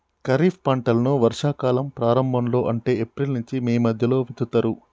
ఖరీఫ్ పంటలను వర్షా కాలం ప్రారంభం లో అంటే ఏప్రిల్ నుంచి మే మధ్యలో విత్తుతరు